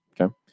Okay